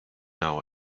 now